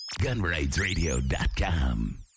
Gunrightsradio.com